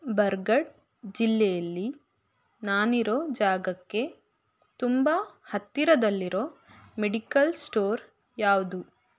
ಬರ್ಗಢ್ ಜಿಲ್ಲೆಯಲ್ಲಿ ನಾನಿರೊ ಜಾಗಕ್ಕೆ ತುಂಬ ಹತ್ತಿರದಲ್ಲಿರೊ ಮೆಡಿಕಲ್ ಸ್ಟೋರ್ ಯಾವುದು